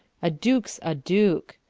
a duke's a duke.